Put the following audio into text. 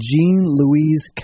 Jean-Louise